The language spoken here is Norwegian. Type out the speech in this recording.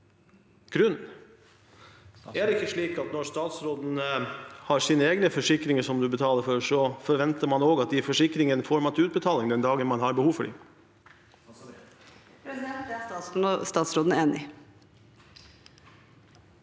grunn? Er det ikke slik når statsråden har sine egne forsikringer som hun betaler for, at hun også forventer å få de forsikringene til utbetaling den dagen hun har behov for dem?